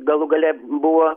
galų gale buvo